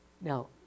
Now